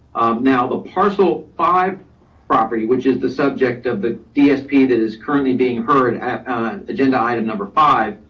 now the parcel five property, which is the subject of the dsp that is currently being heard at agenda item number five,